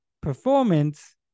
performance